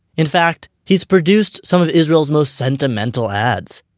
in fact, he's produced some of israel's most sentimental ads.